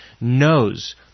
knows